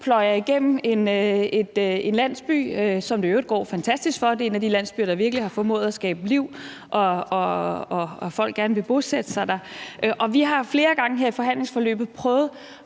pløjer igennem en landsby, som det i øvrigt går fantastisk for – det er en af de landsbyer, der virkelig har formået at skabe liv, og hvor folk gerne vil bosætte sig. Vi har flere gange her i forhandlingsforløbet prøvet